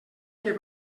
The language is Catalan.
que